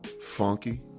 funky